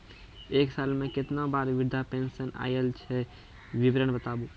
एक साल मे केतना बार वृद्धा पेंशन आयल छै विवरन बताबू?